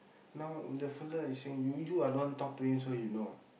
now the fella is saying you you're the one talk to him so you know